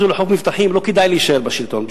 לחוף מבטחים לא כדאי להישאר בשלטון.